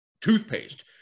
toothpaste